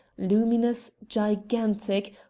luminous, gigantic,